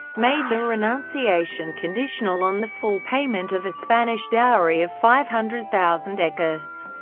made the renunciation conditional on the full payment of a spanish dowry of five hundred thousand ecus.